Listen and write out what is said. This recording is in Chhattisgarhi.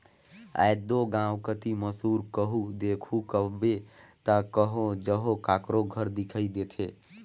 आएज दो गाँव कती मूसर कहो देखहू कहबे ता कहो जहो काकरो घर दिखई देथे